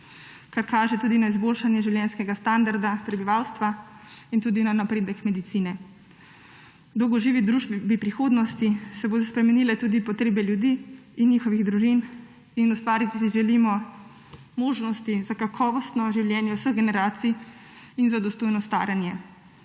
kar kaže tudi na izboljšanje življenjskega standarda prebivalstva in tudi na napredek medicine. V dolgoživi družbi v prihodnosti se bodo spremenile tudi potrebe ljudi in njihovih družin. Ustvariti si želimo možnosti za kakovostno življenje vseh generacij in za dostojno staranje.